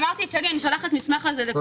אמרתי את שלי, אני שולחת על זה מסמך לכולם.